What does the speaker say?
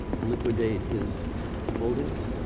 liquidate his holdings?